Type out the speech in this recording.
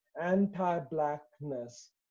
anti-blackness